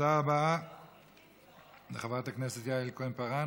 תודה רבה לחברת הכנסת יעל כהן-פארן.